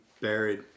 buried